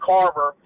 Carver